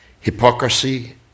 hypocrisy